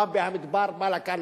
בא מהמדבר לכאן,